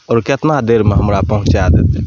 आओर केतना देरमे हमरा पहुँचा देतै